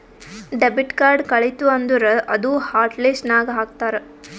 debit card ಕಳಿತು ಅಂದುರ್ ಅದೂ ಹಾಟ್ ಲಿಸ್ಟ್ ನಾಗ್ ಹಾಕ್ತಾರ್